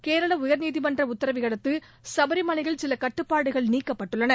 கேரள உயர்நீதிமன்ற உத்தரவை அடுத்து சபரிமலையில் சில கட்டுப்பாடுகள் நீக்கப்பட்டுள்ளன